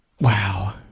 Wow